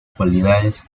cualidades